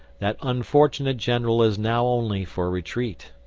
that unfortunate general is now only for retreat.